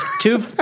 two